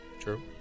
True